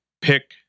pick